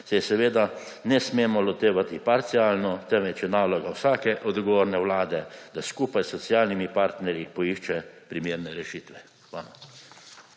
seveda ne smemo lotevati parcialno, temveč je naloga vsake odgovorne vlade, da skupaj s socialnimi partnerji poišče primerne rešitve. Hvala.